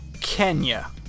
kenya